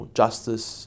justice